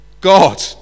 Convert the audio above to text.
God